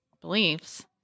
beliefs